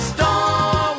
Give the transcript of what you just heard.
Star